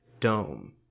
dome